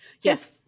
Yes